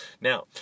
Now